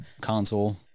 console